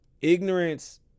Ignorance